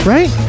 Right